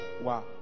Wow